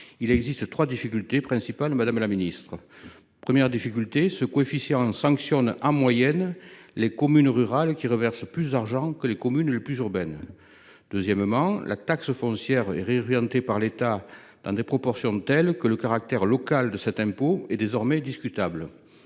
Il existe trois difficultés principales. D’abord, ce coefficient sanctionne, en moyenne, les communes rurales, qui reversent plus d’argent que les communes les plus urbaines. Ensuite, la taxe foncière est réorientée par l’État dans des proportions telles que le caractère local de cet impôt est désormais discutable.